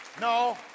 No